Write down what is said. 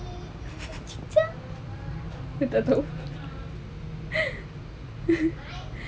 dia tak tahu